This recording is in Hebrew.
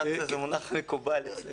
אני מסכים איתך.